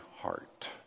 heart